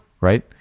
Right